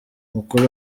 mukuru